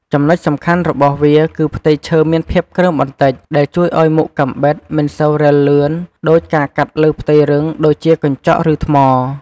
ចំណុចសំខាន់របស់វា គឺផ្ទៃឈើមានភាពគ្រើមបន្តិច ដែលជួយឲ្យមុខកាំបិតមិនសូវរិលលឿនដូចការកាត់លើផ្ទៃរឹងដូចជាកញ្ចក់ ឬថ្ម។